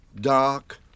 dark